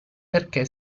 perché